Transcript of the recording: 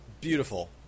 beautiful